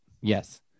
Yes